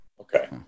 Okay